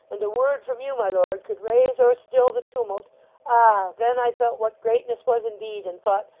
and a word from you, my lord, could raise or still the tumult ah! then i felt what greatness was indeed, and thought,